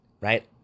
right